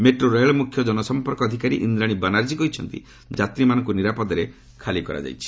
metro ରେଳ ମୁଖ୍ୟ ଜନସଂପର୍କ ଅଧିକାରୀ ଇନ୍ଦ୍ରାଣୀ ବାନାର୍ଜୀ କହିଛନ୍ତି ଯାତ୍ରୀମାନଙ୍କୁ ନିରାପଦରେ ଖାଲି କରାଯାଇଛି